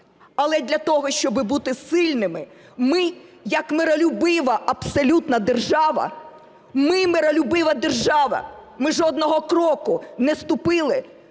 Але для того, щоби бути сильними, ми як миролюбива абсолютно держава, ми миролюбива держава, ми жодного кроку не ступили